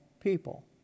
people